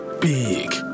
big